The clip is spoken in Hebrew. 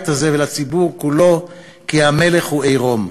הזה ולציבור כולו כי המלך הוא עירום.